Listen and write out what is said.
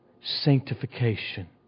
sanctification